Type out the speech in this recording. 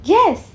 yes